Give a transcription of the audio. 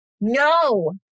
no